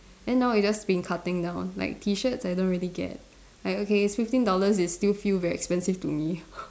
and now it's just been cutting down like T shirts I don't really get like okay fifteen dollars still feel very expensive to me